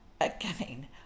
again